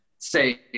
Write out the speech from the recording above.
say